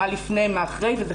מה לפני ומה אחרי.